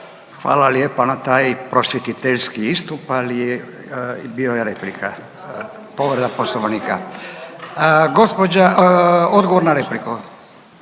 Hvala lijepa na taj prosvjetiteljski istup, ali bio je replika. Povreda Poslovnika. Gospođa, odgovor na repliku.